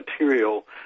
material